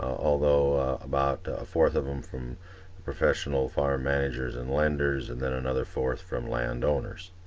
although about a fourth of them from professional farm managers and lenders, and then another forth from landowners.